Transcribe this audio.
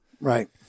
Right